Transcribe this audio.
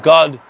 God